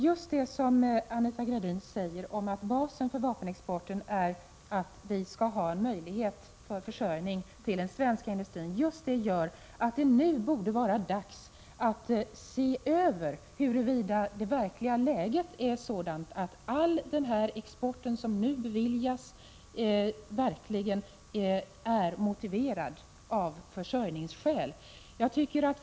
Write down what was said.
Fru talman! Anita Gradin sade att basen för vapenexporten är att klara försörjningen till den svenska industrin. Just detta gör att det nu borde vara dags att se över huruvida det nuvarande läget är sådant att all den export som beviljas verkligen är motiverad ur försörjningssynpunkt.